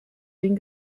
den